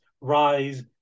rise